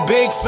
Big